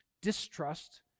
distrust